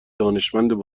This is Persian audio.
دانشمند